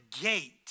gate